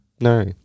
No